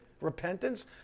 repentance